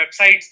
websites